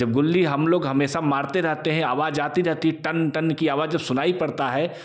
जब गिली हम लोग हमेशा मारते रहते हैं आवाज आती रहती है टन टन की आवाज सुनाई पड़ता है